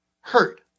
hurt